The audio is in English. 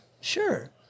Sure